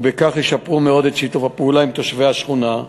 ובכך ישפרו מאוד את שיתוף הפעולה עם תושבי השכונה,